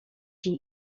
jej